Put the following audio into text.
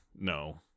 no